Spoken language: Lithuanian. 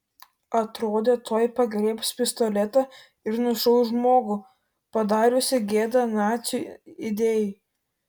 atrodė tuoj pagriebs pistoletą ir nušaus žmogų padariusį gėdą nacių idėjai